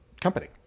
company